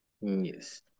Yes